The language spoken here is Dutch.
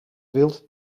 wild